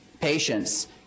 patients